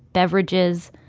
beverages,